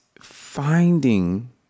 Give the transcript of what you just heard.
finding